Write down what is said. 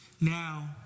Now